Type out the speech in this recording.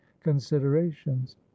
considerations